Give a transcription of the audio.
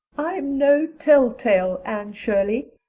i'm no telltale, anne shirley,